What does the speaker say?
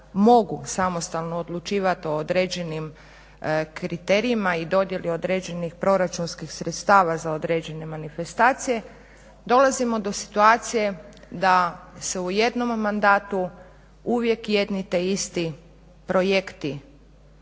mogu samostalno odlučivati o određenim kriterijima i dodjeli određenih proračunskih sredstava za određene manifestacije dolazimo do situacije da se u jednom mandatu uvijek jedni te isti projekti